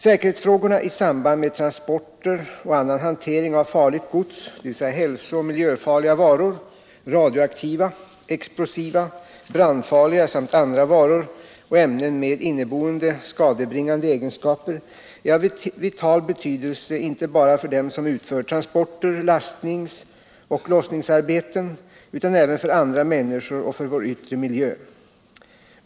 Säkerhetsfrågorna i samband med transporter och annan hantering av farligt gods — dvs. hälso och miljöfarliga varor, radioaktiva, explosiva, brandfarliga samt andra varor och ämnen med inneboende skadebringande egenskaper — är av vital betydelse inte bara för dem som utför transporter och lastnings och lossningsarbeten utan även för andra människor och för vår yttre miljö.